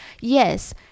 yes